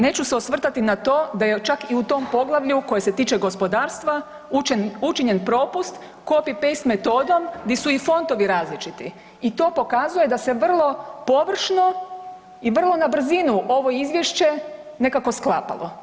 Neću se osvrtati na to da je čak i u tom poglavlju koje se tiče gospodarstva učinjen propust copy paste metodom di su i fontovi različiti i to pokazuje da se vrlo površno i vrlo na brzinu ovo izvješće nekako sklapalo.